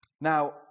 Now